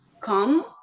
come